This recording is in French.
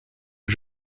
que